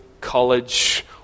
college